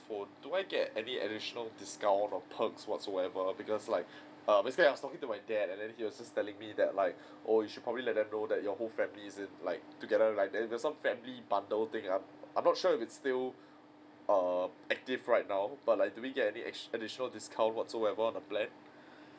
phone do I get any additional discount or perks whatsoever because like um yesterday I was talking to my dad and then he was just telling me that like oh you should probably let them know that your whole family is in like together like there's some family bundle thing I'm I'm not sure if it's still um active right now but like do we get any ext~ additional discount whatsoever on the plan